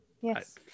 Yes